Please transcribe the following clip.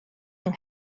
yng